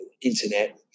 internet